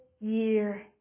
year